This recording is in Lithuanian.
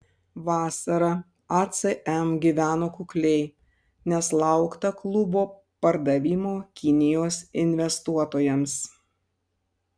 vasarą acm gyveno kukliai nes laukta klubo pardavimo kinijos investuotojams